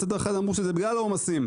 ומצד אחד, אמרו שזה בגלל העומסים.